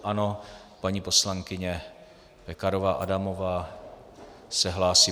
Ano, paní poslankyně Pekarová Adamová se hlásí.